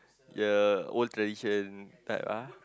the old tradition type ah